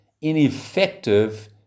ineffective